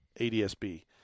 ADSB